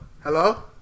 hello